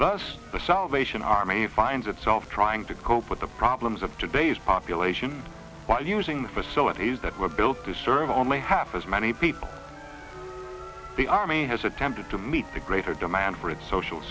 thus the salvation army finds itself trying to cope with the problems of today's population by using the facilities that were built to serve only half as many people the army has attempted to meet the greater demand for its social